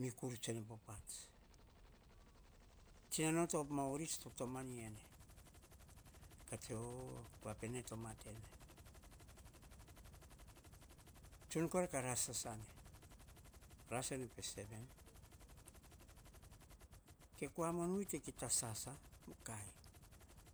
Mi kuruts tsuene po pats. Tsinano to op ma urits to tomani ene ka tsue, kua pene to maten ne. Tsun kora ka ras sasane, rasene pe seven. Ke kua mon vi ki ta sasa, mukai,